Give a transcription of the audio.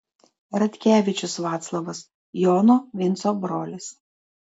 radkevičius vaclovas jono vinco brolis